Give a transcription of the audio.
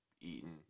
eaten